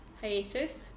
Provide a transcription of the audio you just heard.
hiatus